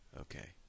Okay